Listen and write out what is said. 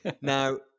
Now